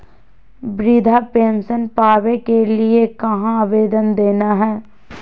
वृद्धा पेंसन पावे के लिए कहा आवेदन देना है?